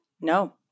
No